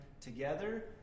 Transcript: together